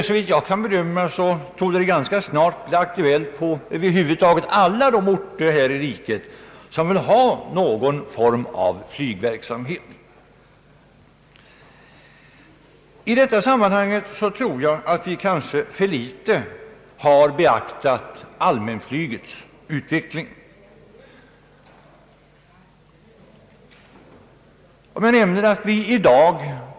Såvitt jag kan bedöma torde denna fråga bli aktuell beträffande över huvud taget alla orter här i riket som vill ha någon form av flygverksamhet. Enligt min mening har vi måhända alltför litet beaktat allmänflygets utveckling.